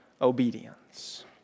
obedience